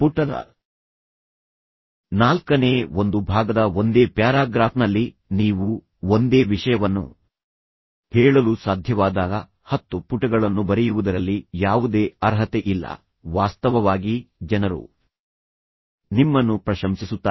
ಪುಟದ ನಾಲ್ಕನೇ ಒಂದು ಭಾಗದ ಒಂದೇ ಪ್ಯಾರಾಗ್ರಾಫ್ನಲ್ಲಿ ನೀವು ಒಂದೇ ವಿಷಯವನ್ನು ಹೇಳಲು ಸಾಧ್ಯವಾದಾಗ ಹತ್ತು ಪುಟಗಳನ್ನು ಬರೆಯುವುದರಲ್ಲಿ ಯಾವುದೇ ಅರ್ಹತೆಯಿಲ್ಲ ವಾಸ್ತವವಾಗಿ ಜನರು ನಿಮ್ಮನ್ನು ಪ್ರಶಂಸಿಸುತ್ತಾರೆ